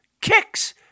kicks